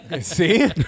see